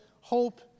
Hope